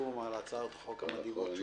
הצעות החוק המדהימות שהוא מגיש.